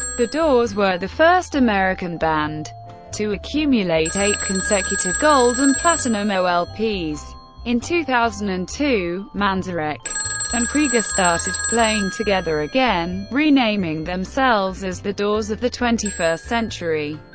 the doors were the first american band to accumulate eight consecutive gold and platinum ah lp's. in two thousand and two, manzarek and krieger started playing together again, renaming themselves as the doors of the twenty first century,